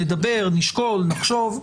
נדבר, נשקול, נחשוב.